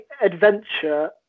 adventure